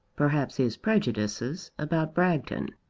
perhaps his prejudices, about bragton.